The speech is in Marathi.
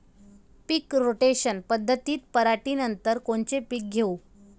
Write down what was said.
पीक रोटेशन पद्धतीत पराटीनंतर कोनचे पीक घेऊ?